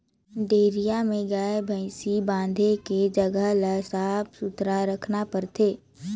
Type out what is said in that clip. dairy में गाय, भइसी बांधे के जघा ल साफ सुथरा रखना परथे